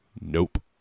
nope